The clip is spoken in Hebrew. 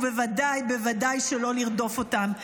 ובוודאי בוודאי שלא לרדוף אותם.